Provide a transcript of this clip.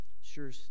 Sure